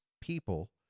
people